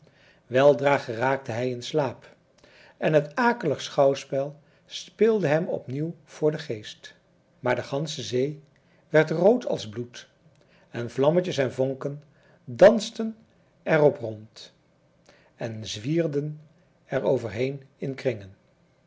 weldra geraakte hij in slaap en het akelig schouwspel speelde hem op nieuw voor den geest maar de gansche zee werd rood als bloed en vlammetjes en vonken dansten er op rond en zwierden er overheen in kringen